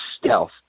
stealth